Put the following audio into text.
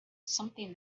something